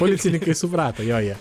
policininkai suprato jo jie